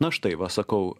na štai va sakau